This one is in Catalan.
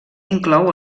inclou